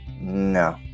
no